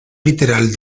literal